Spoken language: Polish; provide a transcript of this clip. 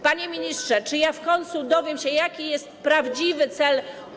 Panie ministrze, czy ja w końcu dowiem się, jaki jest prawdziwy cel.